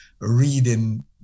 reading